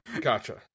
Gotcha